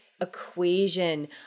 equation